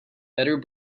better